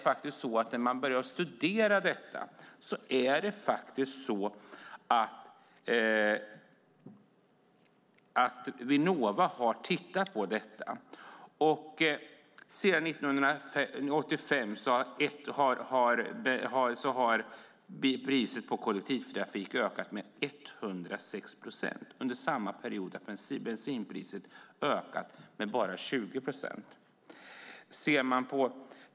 Vinnova har tittat på detta. Sedan 1985 har priset på kollektivtrafik ökat med 106 procent. Under samma period har bensinpriset ökat med 20 procent.